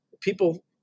people